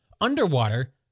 Underwater